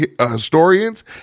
historians